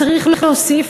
צריך להוסיף,